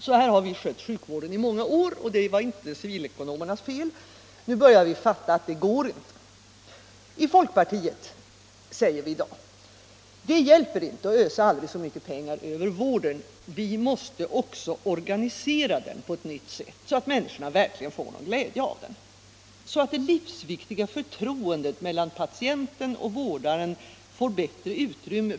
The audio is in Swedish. Så här har vi skött sjukvården i många år — det är inte civilekonomernas fel. Nu har vi börjat fatta att det inte går. I folkpartiet säger vi i dag: Det hjälper inte att ösa aldrig så mycket pengar över vården, vi måste också organisera den på ett nytt sätt, så att människorna verkligen får glädje av den och så att det livsviktiga förtroendet mellan patient och vårdare får bättre utrymme.